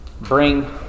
bring